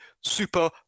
super